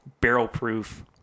barrel-proof